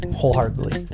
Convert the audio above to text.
wholeheartedly